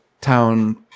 town